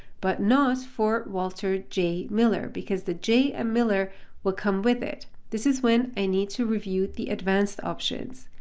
but not for walter j miller, because the j and ah miller will come with it. this is when i need to review the advanced options.